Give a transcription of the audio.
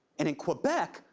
and in quebec,